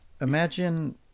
imagine